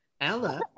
Ella